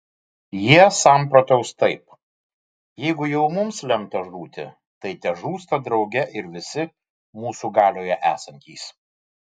jie samprotaus taip jeigu jau mums lemta žūti tai težūsta drauge ir visi mūsų galioje esantys